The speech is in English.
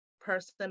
person